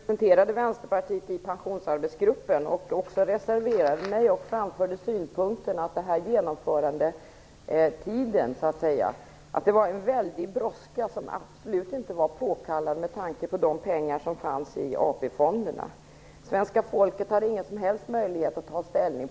Herr talman! Jag var den person som representerade Vänsterpartiet i Pensionsarbetsgruppen och som även reserverade mig. Jag framförde synpunkten att det var en väldig brådska beträffande genomförandetiden som absolut inte var påkallad med tanke på de pengar som fanns i AP-fonderna. Svenska folket hade ingen som helst möjlighet att ta ställning.